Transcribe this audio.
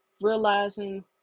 realizing